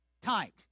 time